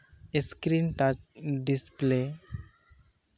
screen touch display